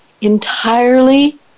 entirely